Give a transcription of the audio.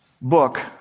book